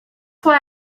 why